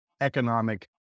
economic